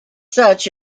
such